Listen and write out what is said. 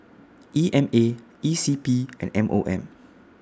E M A E C P and M O M